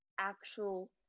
actual